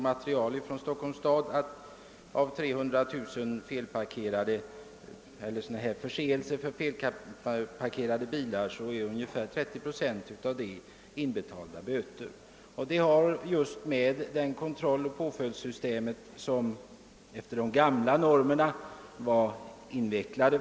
Material från Stockholms stad visar att endast ungefär 30 procent av 300 000 bötesförelägganden för felparkerade bilar betalas in. Detta beror just på att kontrollen enligt de nuvarande normerna är mycket invecklad.